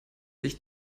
sich